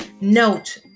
note